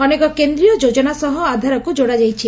ଅନେକ କେନ୍ଦ୍ରୀୟ ଯୋଜନା ସହ ଆଧାରକୁ ଯୋଡ଼ାଯାଇଛି